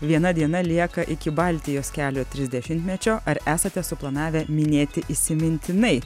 viena diena lieka iki baltijos kelio trisdešimtmečio ar esate suplanavę minėti įsimintinai